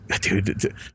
Dude